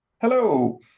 Hello